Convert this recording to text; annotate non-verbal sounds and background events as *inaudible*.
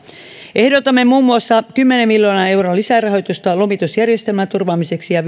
ehdotamme muun muassa kymmenen miljoonan euron lisärahoitusta lomitusjärjestelmän turvaamiseksi ja *unintelligible*